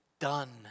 done